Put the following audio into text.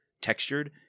textured